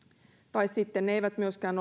tai sitten ne eivät myöskään